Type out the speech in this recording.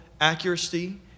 accuracy